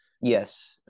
yes